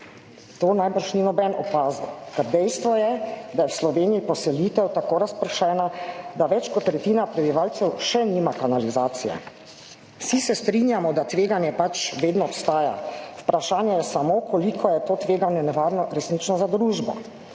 To najbrž ni noben opazil, ker dejstvo je, da je v Sloveniji poselitev tako razpršena, da več kot tretjina prebivalcev še nima kanalizacije. Vsi se strinjamo, da tveganje pač vedno obstaja, vprašanje je samo, koliko je to tveganje nevarno resnično za družbo,